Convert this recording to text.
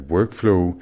Workflow